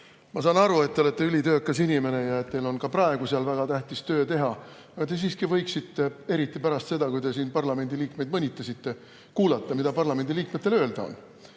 Ma saan aru, et te olete ülitöökas inimene ja teil on ka praegu seal väga tähtis töö teha. Aga te siiski võiksite, eriti pärast seda, kui te siin parlamendi liikmeid mõnitasite, kuulata, mida parlamendi liikmetel öelda on.